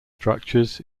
structures